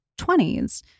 20s